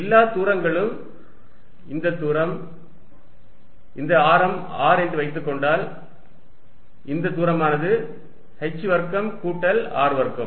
எல்லா தூரங்களும் இந்த தூரம் இந்த ஆரம் R என்று வைத்துக் கொண்டால் இந்த தூரமானது h வர்க்கம் கூட்டல் R வர்க்கம்